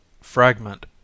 Fragment